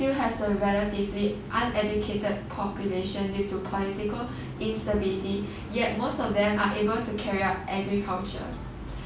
still has a relatively uneducated population due to political instability yet most of them are able to carry out agriculture